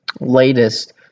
latest